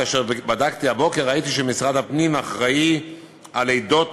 כאשר בדקתי הבוקר ראיתי שמשרד הפנים אחראי על עדות